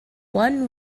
one